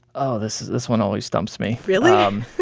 oh, this this one always stumps me really? um